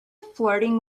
flirting